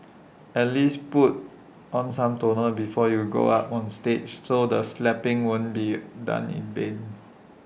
at least put on some toner before you go up on stage so the slapping wouldn't be done in vain